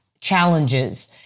challenges